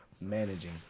managing